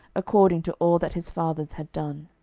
according to all that his fathers had done.